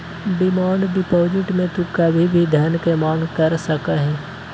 demand deposit में तू कभी भी धन के मांग कर सका हीं